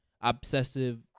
obsessive